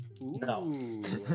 No